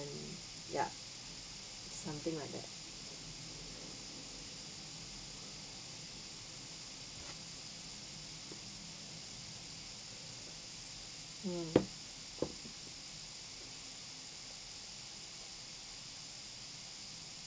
ya something like that mm